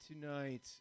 tonight